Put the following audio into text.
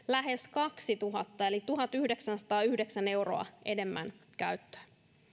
lähes kaksituhatta eli tuhatyhdeksänsataayhdeksän euroa enemmän käyttöön